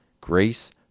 grace